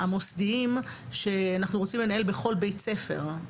המוסדיים, שאנחנו רוצים לנהל בכל בית ספר.